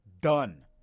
done